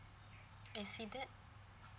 exceeded